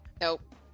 Nope